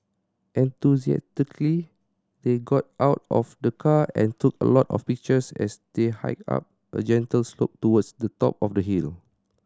enthusiastically they got out of the car and took a lot of pictures as they hiked up a gentle slope towards the top of the hill